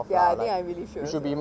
ya I think I really should also